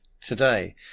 today